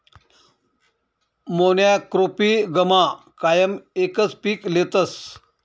मोनॉक्रोपिगमा कायम एकच पीक लेतस